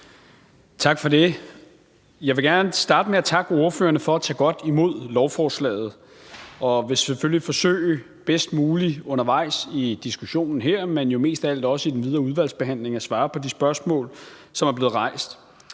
Tak for det. Jeg vil gerne starte med at takke ordførerne for at tage godt imod lovforslaget og vil selvfølgelig forsøge bedst muligt undervejs i diskussionen her, men jo mest af alt også i den videre udvalgsbehandling, at svare på de spørgsmål, som er blevet rejst.